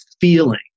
feeling